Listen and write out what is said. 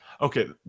Okay